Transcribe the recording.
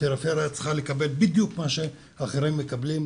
הפריפריה צריכה לקבל בדיוק מה שאחרים מקבלים.